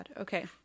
Okay